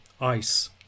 ice